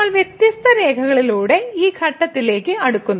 നമ്മൾ വ്യത്യസ്ത നേർരേഖകളിലൂടെ ഈ ഘട്ടത്തിലേക്ക് അടുക്കുന്നു